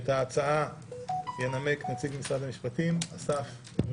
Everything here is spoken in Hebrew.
את ההצעה ינמק נציג משרד המשפטים, אסף.